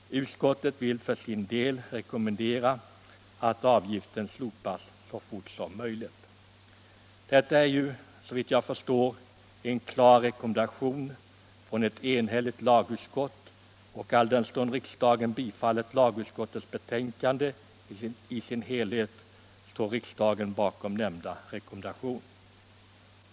Utskottet ville för sin del rekommendera att avgiften slopas så fort som möjligt. Detta är ju en klar rekommendation från ett enhälligt lagutskott, och alldenstund riksdagen bifallit lagutskottets betänkande i dess helhet står riksdagen bakom nämnda rekommendation.